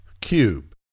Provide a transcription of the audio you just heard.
cube